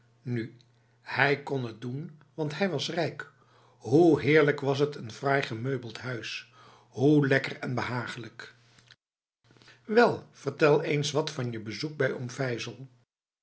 nu hij kon het doen want hij was rijk hoe heerlijk was het in t fraai gemeubelde huis hoe lekker en behaaglijk wel vertel eens wat van je bezoek bij oom vijzel